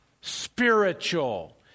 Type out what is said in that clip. spiritual